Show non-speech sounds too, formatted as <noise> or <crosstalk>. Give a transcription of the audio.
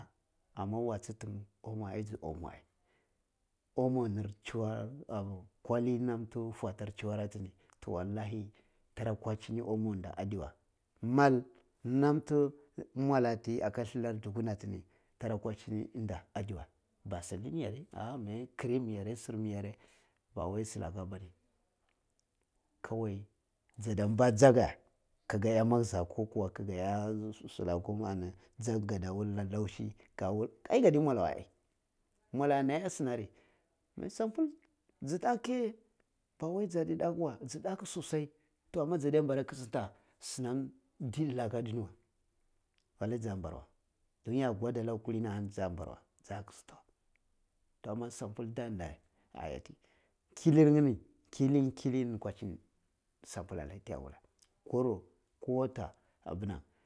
Amma waju tum omo ai ju omo ai, omo nir juwar nam tu kwali juwar ati nit oh wallahi tara kwachini omo inda addi wei mal namti nmwla atti aka lhillar daka na ti tara kwachini inda adi wei basilin yare, ah meh kerim yare sir mijere ba wai silaka bane kowai jadda nba njegga ka ga iya makza ko kuwa ka ga iya <unintelligible> ani kuma njegga kadda und raddou ka and ai gadi nmwla wei ai, mwala ana iya sina ah ri ma sabul ji dak je braai jadi dak wei ji ndaku sosai toh amma jaddia nbara kichinta sinam diti lakaadi wallai jan bara wei dun ya kwada laka kulini ahani jam pare wei ja kichinta wei toh amma sabul nda da ri ah iyati illir nya ni killini gurachini sabul allai ti ya wulla yoro ko to abunan.